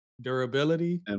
durability